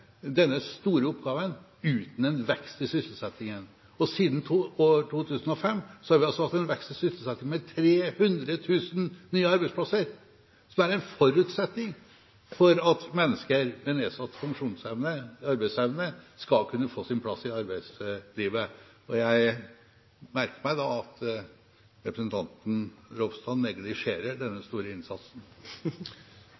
denne store oppgaven uten vekst i sysselsettingen, og siden år 2005 har vi altså hatt vekst i sysselsettingen med 300 000 nye arbeidsplasser, som er en forutsetning for at mennesker med nedsatt funksjonsevne, arbeidsevne, skal kunne få sin plass i arbeidslivet. Jeg merker meg at representanten Ropstad neglisjerer denne